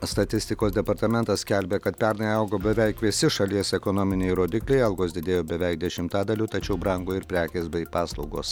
statistikos departamentas skelbia kad pernai augo beveik visi šalies ekonominiai rodikliai algos didėjo beveik dešimtadaliu tačiau brango ir prekės bei paslaugos